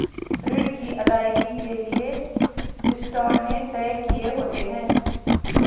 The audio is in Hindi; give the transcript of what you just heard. ऋण की अदायगी के लिए इंस्टॉलमेंट तय किए होते हैं